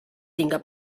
tinga